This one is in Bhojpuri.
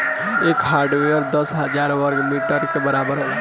एक हेक्टेयर दस हजार वर्ग मीटर के बराबर होला